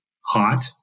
hot